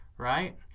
Right